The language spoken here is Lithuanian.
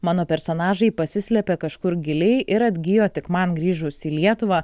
mano personažai pasislepė kažkur giliai ir atgijo tik man grįžus į lietuvą